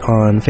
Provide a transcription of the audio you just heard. on